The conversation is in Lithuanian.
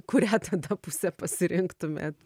kurią tada pusę pasirinktumėt